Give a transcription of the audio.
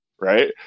Right